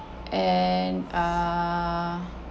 and err